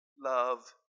love